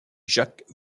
jacques